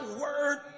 word